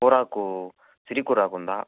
కూరాకు చిరి కూరాకుందా